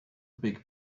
big